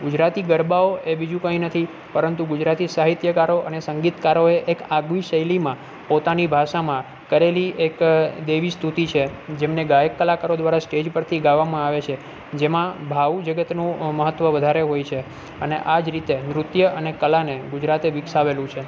ગુજરાતી ગરબાઓ એ બીજું કંઈ નથી પરંતુ ગુજરાતી સાહિત્યકારો અને સંગીતકારોએ એક આગવી શૈલીમાં પોતાની ભાષામાં કરેલી એક દેવી સ્તુતિ છે જેમને ગાયક કલાકારો દ્વારા સ્ટેજ પરથી ગાવામાં આવે છે જેમાં ભાવ જગતનો મહત્ત્વ વધારે હોય છે અને આ જ રીતે નૃત્ય અને કલાને ગુજરાતે વિકસાવેલું છે